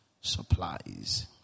supplies